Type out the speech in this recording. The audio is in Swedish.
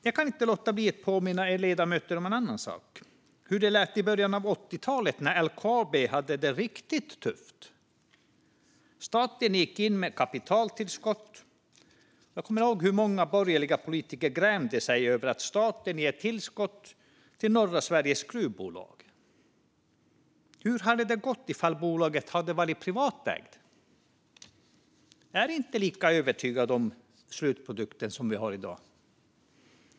Jag kan inte låta bli att påminna ledamöterna om en annan sak, hur det lät i början av 80-talet när LKAB hade det riktigt tufft. Staten gick in med kapitaltillskott. Jag kommer ihåg att många borgerliga politiker grämde sig över att staten gett tillskott till norra Sveriges gruvbolag. Hur hade det gått ifall bolaget hade varit privatägt? Jag är inte lika övertygad om slutprodukten som vi har i dag.